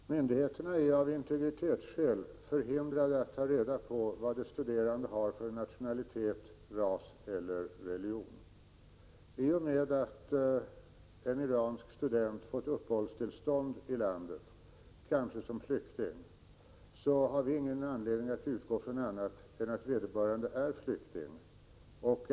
Fru talman! Myndigheterna är av integritetsskäl förhindrade att ta reda på vad de studerande har för nationalitet, ras eller religion. I och med att en iransk student har fått uppehållstillstånd i landet, kanske som flykting, har vi ingen anledning att utgå från annat än att vederbörande är flykting.